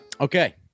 Okay